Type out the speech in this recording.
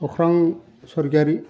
अख्रां स्वर्गियारी